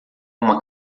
uma